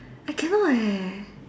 I cannot eh